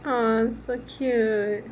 !aww! so cute